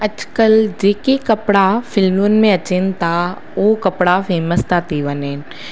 अॼकल्ह जेके कपिड़ा फ़िल्मुनि में अचनि था हो कपिड़ा फ़ेमस था थी वञनि